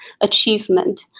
achievement